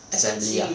assembly ah